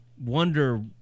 wonder